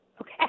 okay